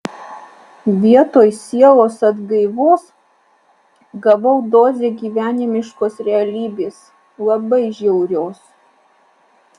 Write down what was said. vietoj sielos atgaivos gavau dozę gyvenimiškos realybės labai žiaurios